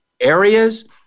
areas